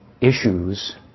issues